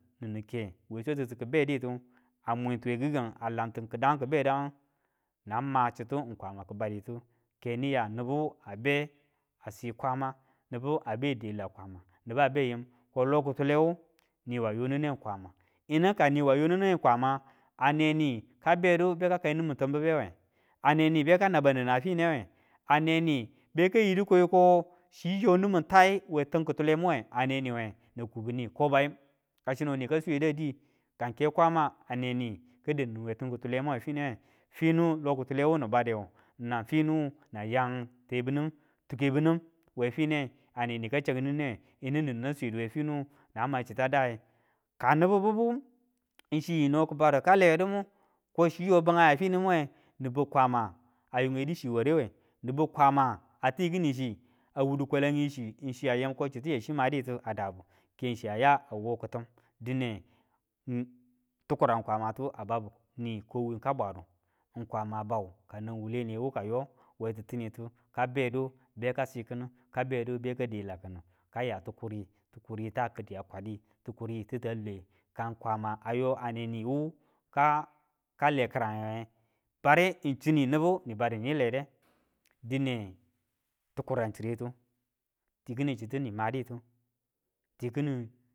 Ninin ke we swatitu ki beditu a mwintuwe kikang a lantu kidangu kibedangu nang ma chitu kwama ki baditu keniyal nibu a be a si kwama, nibu abe dila kwam niba be yim ko lokitule wu niwa yoninne ng kwama yinu ka niwa yoninne kwama a neni ka bedu beka kainimin timbibewa aneni beka naba nina finewe a neni bekayidu ko yiko chi yo nimin tai we tim kitule mewe aneni we nang kubiu ni ko bayaim ka sino ni ka swiye da di ka ng ke kwama a neni ka dau ninu we tim kitule mewe fine we finu lokutule wuni bade wu nang finiu nang yan tebunin tukebi nim we fine a ne ni ka chaki nine we yinu nin nan swedu we finui nang nma chita dai, ka nibu bibu ng chi naki badu ka lewe dumu ko chi yo bingai a fini muwe, nin biu kwama a yunge du chi warewe ni biu kwama a ti kini chi a wudu kwalangi chiyu ko chiyu chi maditu a dabu, ken chi a ya wo kitim dine tikuran kwamatu a babu nika bwadu kwama bau ka nan wuwuwle niye wu kayo we titinitu ka edu beka sikini, ka bedu beka delakinu, kaya tukurita kidiya kwadi, tukuri tita lei ka kwama ayo a neni wu ka- kale kiranwenge, bare ng chini nibu ji badu ni lede? dinetikuran chiretu tikini chitu nimaditu ti kinin